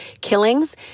killings